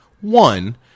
One